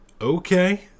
okay